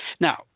Now